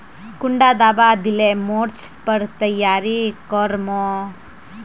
कुंडा दाबा दिले मोर्चे पर तैयारी कर मो?